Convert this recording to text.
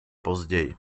později